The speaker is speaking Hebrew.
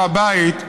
הר הבית,